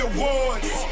Awards